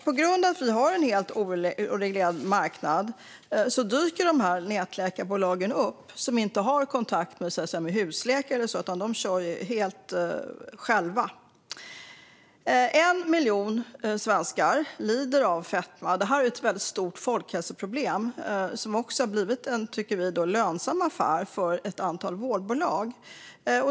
På grund av att vi har en helt oreglerad marknad dyker nätläkarbolagen upp. De har inte kontakt med husläkare utan kör helt själva. Så många som 1 miljon svenskar lider av fetma. Det är ett stort folkhälsoproblem och har, tycker vi, blivit en lönsam affär för ett antal vårdbolag.